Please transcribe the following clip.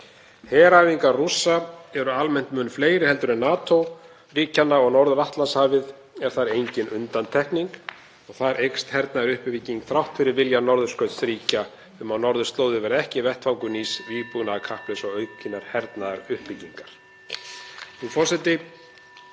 Heræfingar Rússa eru almennt mun fleiri en NATO-ríkjanna og Norður-Atlantshafið er þar engin undantekning. Þar eykst hernaðaruppbygging þrátt fyrir vilja norðurskautsríkja um að norðurslóðir verði ekki vettvangur nýs vígbúnaðarkapphlaups og aukinnar hernaðaruppbyggingar.